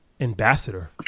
ambassador